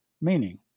Meaning